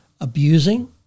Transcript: abusing